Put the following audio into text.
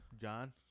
John